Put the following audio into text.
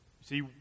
see